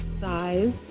size